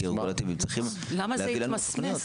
אתם צריכים להביא לנו תוכניות.